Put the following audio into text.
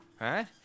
right